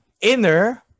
inner